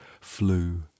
flew